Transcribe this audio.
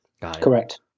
Correct